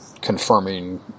confirming